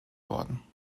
worden